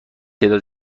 تعدادی